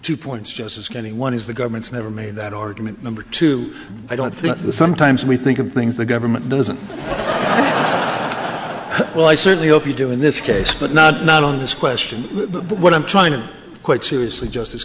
two points just as any one is the government's never made that argument number two i don't think sometimes we think of things the government doesn't well i certainly hope you do in this case but not not on this question but what i'm trying to quite seriously just